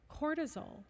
cortisol